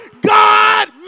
God